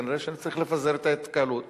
כנראה אני צריך לפזר את ההתקהלות